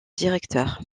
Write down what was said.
directeur